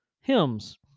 hymns